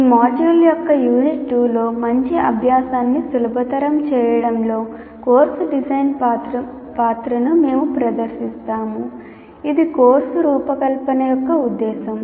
ఈ మాడ్యూల్ యొక్క యూనిట్ 2 లో మంచి అభ్యాసాన్ని సులభతరం చేయడంలో కోర్సు డిజైన్ పాత్రను మేము ప్రదర్శిస్తాముఇది కోర్సు రూపకల్పన యొక్క ఉద్దేశ్యం